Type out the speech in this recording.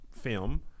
film